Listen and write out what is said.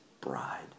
bride